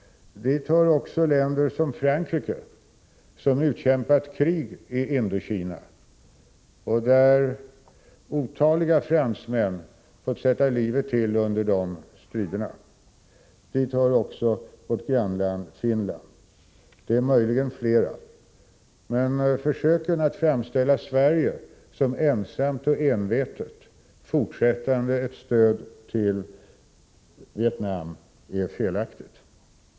Dit hör också länder som Frankrike, som utkämpat krig i Indokina där otaliga fransmän har fått sätta livet till. Dit hör också vårt grannland Finland. Det är möjligen flera. Men att försöka framställa Sverige som ensamt och envetet fortsättande ett stöd till Vietnam är felaktigt.